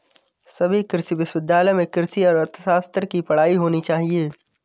सभी कृषि विश्वविद्यालय में कृषि अर्थशास्त्र की पढ़ाई होनी चाहिए